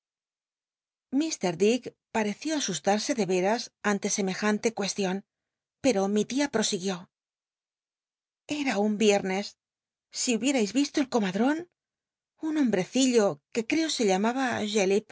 pareció asuslarse de veras anle semejante cuestion pcro mi tia prosiguió em un viernes si hubiérnis rislo el comadron un hombrecillo que creo se llamaba